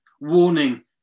Warning